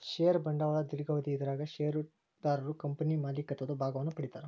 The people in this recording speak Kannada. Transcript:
ಷೇರ ಬಂಡವಾಳ ದೇರ್ಘಾವಧಿ ಇದರಾಗ ಷೇರುದಾರರು ಕಂಪನಿ ಮಾಲೇಕತ್ವದ ಭಾಗವನ್ನ ಪಡಿತಾರಾ